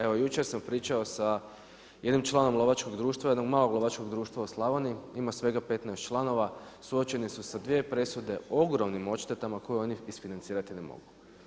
Evo, jučer sam pričao sa jednim članom lovačkog društva, jednog malog lovačkog društva u Slavoniji, ima svega 15 članova, suočeni su sa dvije presude, ogromnim odštetama koje oni isfinancirati ne mogu.